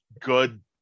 good